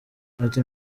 ati